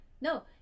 no